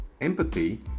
Empathy